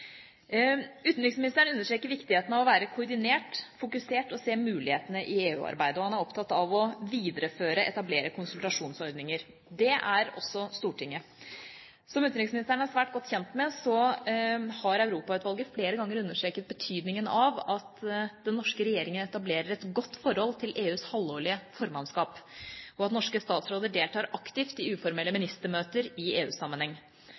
Utenriksministeren understreker viktigheten av å være koordinert, fokusert og se mulighetene i EU-arbeidet, og han er opptatt av å videreføre etablerte konsultasjonsordninger. Det er også Stortinget. Som utenriksministeren er svært godt kjent med, har Europautvalget flere ganger understreket betydningen av at den norske regjeringa etablerer et godt forhold til EUs halvårige formannskap, og at norske statsråder deltar aktivt i uformelle ministermøter i